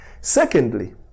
secondly